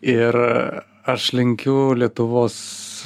ir aš linkiu lietuvos